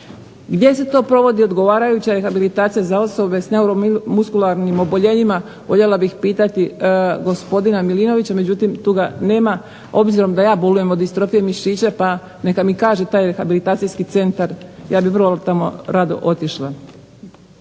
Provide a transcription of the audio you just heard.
Gdje se to provodi odgovarajuća rehabilitacija za osobe s neuromuskularnim oboljenjima, voljela bih pitati gospodina Milinovića međutim tu ga nema, obzirom da ja bolujem od distrofije mišića pa neka mi kaže taj rehabilitacijski centar ja bih vrlo rado tamo otišla.